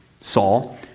Saul